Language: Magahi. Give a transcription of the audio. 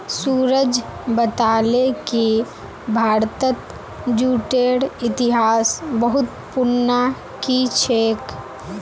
सूरज बताले कि भारतत जूटेर इतिहास बहुत पुनना कि छेक